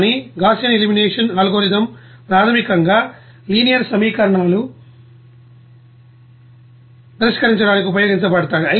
కానీ Gaussian elimination algorithm ప్రాథమికంగా linear సమీకరణ పరిష్కారానికి ఉపయోగించబడుతుంది